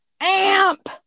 Amp